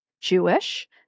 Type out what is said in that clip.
Jewish